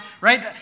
right